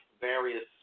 various